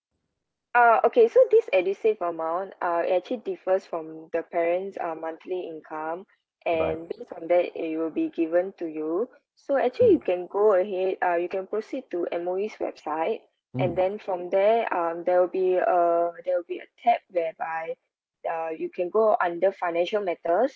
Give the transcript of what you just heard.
uh okay so this edusave amount uh actually differs from the parent's uh monthly income and based on that it will be given to you so actually you can go ahead uh you can proceed to M_O_E's website and then from there um there will be a there will be a tab whereby uh you can go under financial matters